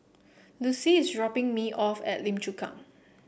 Lucie is dropping me off at Lim Chu Kang